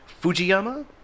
Fujiyama